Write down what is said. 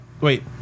wait